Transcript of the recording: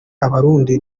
abarundi